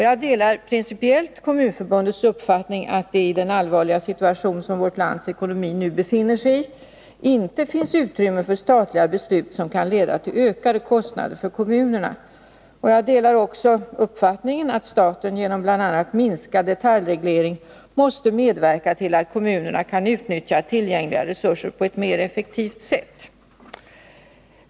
Jag delar principiellt Kommunförbundets uppfattning att det i den allvarliga situation som vårt lands ekonomi nu befinner sig i inte finns utrymme för statliga beslut som kan leda till ökade kostnader för kommunerna. Jag delar också uppfattningen att staten genom bl.a. minskad detaljreglering måste medverka till att kommunerna kan utnyttja tillgängliga resurser på ett mer effektivt sätt.